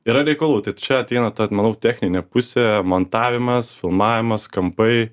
yra reikalų čia ateina tad manau techninė pusė montavimas filmavimas kampai